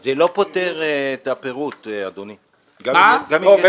זה לא פוטר את הפירוט, אדוני, גם אם יש אישור.